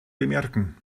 bemerken